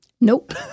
nope